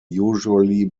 usually